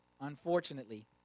unfortunately